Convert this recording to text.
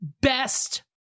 best